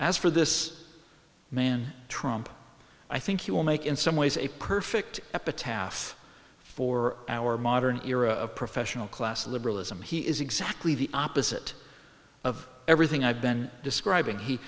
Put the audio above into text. as for this man trump i think you will make in some ways a perfect epitaph for our modern era of professional class liberalism he is exactly the opposite of everything i've been describing he